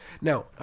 Now